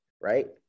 right